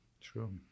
True